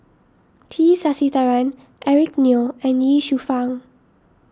T Sasitharan Eric Neo and Ye Shufang